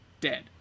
dead